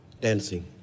dancing